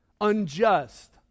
unjust